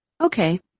Okay